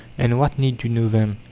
and what need to know them?